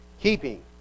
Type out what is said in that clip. keeping